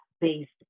based